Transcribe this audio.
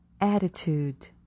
attitude